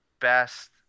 best